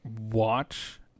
watch